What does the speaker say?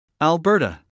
Alberta